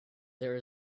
there